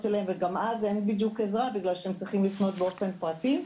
אליהם וגם אז אין בדיוק עזרה בגלל שהם צריכים לפנות באופן פרטי.